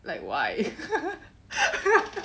like why